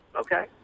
Okay